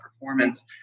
performance